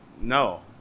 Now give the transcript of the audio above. no